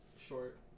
short